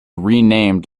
renamed